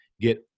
get